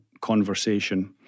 conversation